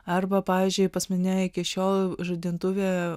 arba pavyzdžiui pas mane iki šiol žadintuve